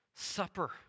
Supper